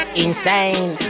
insane